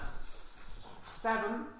seven